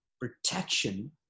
protection